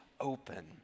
open